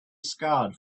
scarred